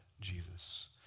Jesus